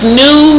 new